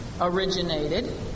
originated